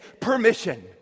permission